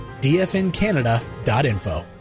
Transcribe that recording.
dfncanada.info